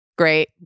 Great